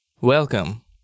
Welcome